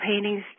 paintings